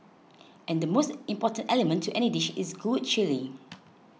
and the most important element to any dish is good chilli